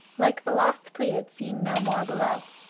like the lost pleiad seen no more below.